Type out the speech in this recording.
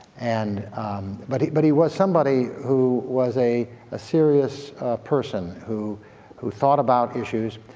and but he but he was somebody who was a ah serious person who who thought about issues,